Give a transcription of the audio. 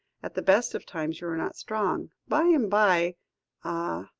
at the best of times, you are not strong. by and by ah!